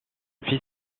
fils